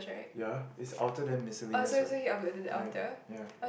ya is altered than miscellaneous what right ya